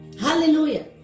Hallelujah